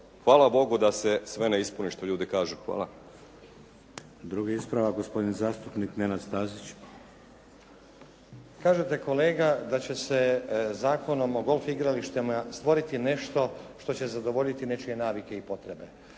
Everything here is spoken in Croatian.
Hvala Bogu da se sve ne ispuni što ljudi kažu. Hvala. **Šeks, Vladimir (HDZ)** Drugi ispravak gospodin zastupnik Nenad Stazić. **Stazić, Nenad (SDP)** Kažete kolega da će se Zakonom o golf igralištima stvoriti nešto što će zadovoljiti nečije navike i potrebe.